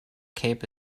cape